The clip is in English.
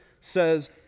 says